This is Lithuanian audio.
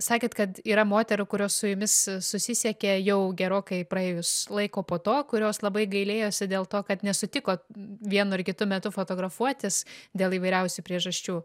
sakėt kad yra moterų kurios su jumis susisiekė jau gerokai praėjus laiko po to kurios labai gailėjosi dėl to kad nesutiko vienu ar kitu metu fotografuotis dėl įvairiausių priežasčių